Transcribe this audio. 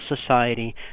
society